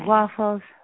Waffles